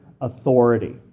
authority